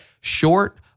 Short